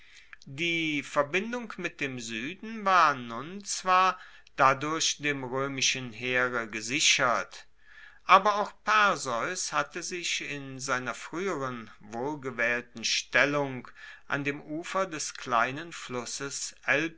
die verbindung mit dem sueden war nun zwar dadurch dem roemischen heere gesichert aber auch perseus hatte sich in seiner frueheren wohlgewaehlten stellung an dem ufer des kleinen flusses